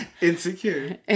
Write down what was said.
Insecure